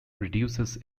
reduces